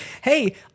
hey